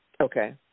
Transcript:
okay